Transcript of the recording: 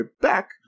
back